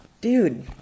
Dude